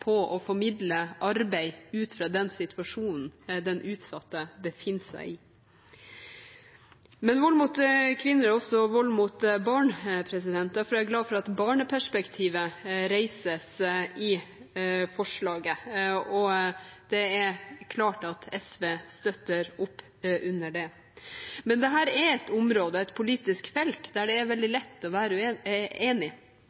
på å formidle arbeid ut fra den situasjonen den utsatte befinner seg i. Vold mot kvinner er også vold mot barn. Derfor er jeg glad for at barneperspektivet reises i forslaget. Det er klart at SV støtter opp om det. Dette er et område og et politisk felt der det er veldig lett å være enig.